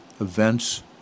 events